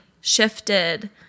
shifted